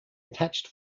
attached